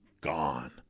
gone